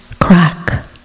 crack